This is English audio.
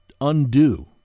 undo